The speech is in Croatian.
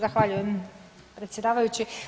Zahvaljujem predsjedavajući.